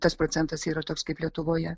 tas procentas yra toks kaip lietuvoje